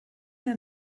der